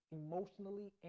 emotionally